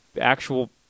actual